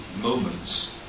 moments